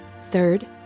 Third